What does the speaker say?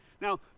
Now